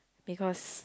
because